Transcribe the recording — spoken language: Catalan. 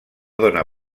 dóna